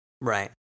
right